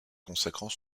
consacrant